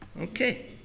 Okay